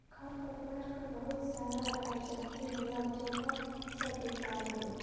खरपतवार क बहुत सारा परजाती होला जौन सब बेकार होला